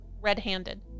red-handed